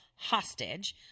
Hostage